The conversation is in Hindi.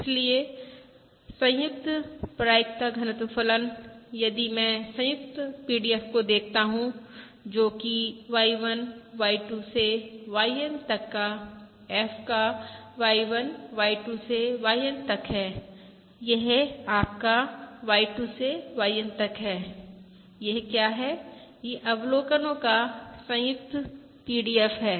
इसलिए संयुक्त प्रायिकता घनत्व फलन यदि मैं संयुक्त PDF को देखता हूं जो कि Y1 Y2 से YN तक का F का Y1 Y2 से YN तक है यह आपका Y2 से YN तक है यह क्या है यह अवलोकनो का संयुक्त PDF है